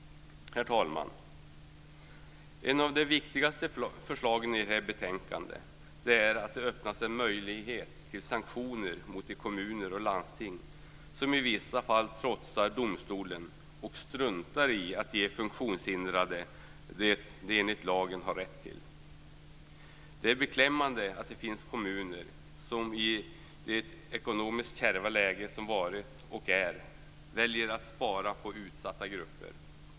Herr talman! Ett av de viktigaste förslagen i det här betänkandet är att det öppnas en möjlighet till sanktioner mot de kommuner och landsting som i vissa fall trotsar domstolen och struntar i att ge funktionshindrade det de enligt lagen har rätt till. Det är beklämmande att det finns kommuner som i det ekonomiskt kärva läge som varit och är väljer att spara på utsatta grupper.